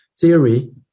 theory